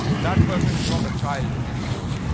that person is not a child anymore.